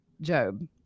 Job